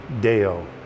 Deo